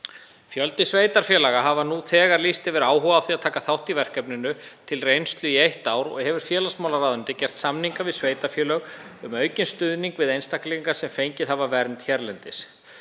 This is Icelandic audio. Fjöldi sveitarfélaga hefur nú þegar lýst yfir áhuga á því að taka þátt í verkefninu til reynslu í eitt ár og hefur félagsmálaráðuneyti gert samninga við sveitarfélög um aukinn stuðning við einstaklinga sem fengið hafa vernd hérlendis.